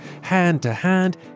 hand-to-hand